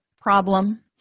problem